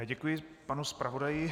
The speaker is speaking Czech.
Děkuji panu zpravodaji.